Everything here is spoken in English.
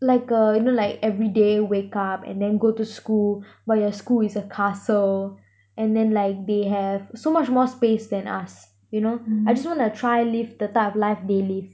like uh you know like every day wake up and then go to school but your school is a castle and then like they have so much more space than us you know I just wanna try live they live